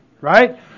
right